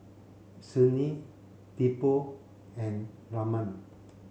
Sunil Tipu and Raman